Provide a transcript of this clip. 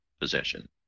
possession